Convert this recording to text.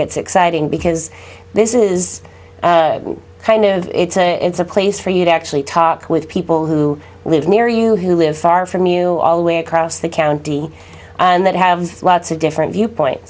gets exciting because this is kind of it's a place for you to actually talk with people who live near you who live far from you all the way across the county and that have lots of different viewpoint